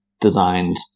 designed